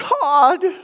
God